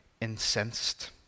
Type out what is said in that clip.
incensed